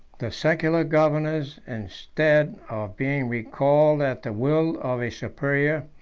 the secular governors, instead of being recalled at the will of a superior,